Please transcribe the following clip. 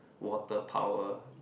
water power